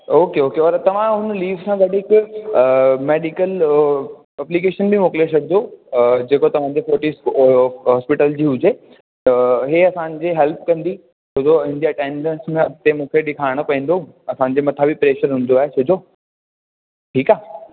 okay okay और तव्हां हुन लीव सां गॾु हिकु मेडिकल एप्लीकेशन बि मोकिले छॾिजो जेको तव्हांजे फोर्टिज़ हॉस्पिटस्ल जी हुजे त इहे असांजी हेल्प कंदी छोजो हिन जी अटेंडेंस में अॻिते मूंखे ॾिखारणो पवंदो असांजे मथां बि प्रेशर हूंदो आहे छोजो ठीकु आहे